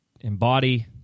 embody